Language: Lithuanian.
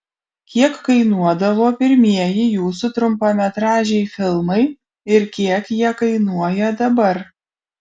kiek kainuodavo pirmieji jūsų trumpametražiai filmai ir kiek jie kainuoja dabar